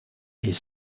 est